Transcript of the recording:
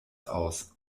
aus